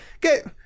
Get